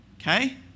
okay